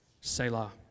Selah